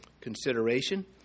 consideration